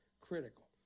critical